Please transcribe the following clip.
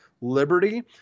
liberty